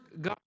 God